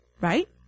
right